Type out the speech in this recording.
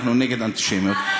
אנחנו נגד אנטישמיות.